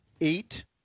eight